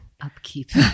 upkeep